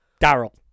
Daryl